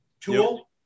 tool